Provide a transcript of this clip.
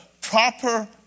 proper